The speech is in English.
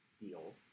deal